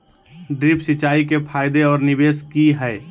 Drip सिंचाई के फायदे और निवेस कि हैय?